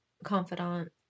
confidant